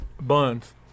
Buns